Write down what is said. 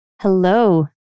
Hello